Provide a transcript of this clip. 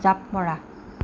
জাপ মৰা